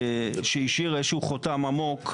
שהשאיר איזה שהוא חותם עמוק.